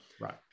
Right